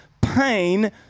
pain